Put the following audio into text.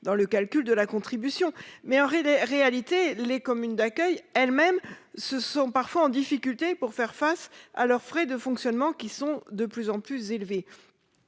dans le calcul de la contribution mais alors des réalités les communes d'accueil elles-mêmes ce sont parfois en difficulté pour faire face à leurs frais de fonctionnement qui sont de plus en plus élevé.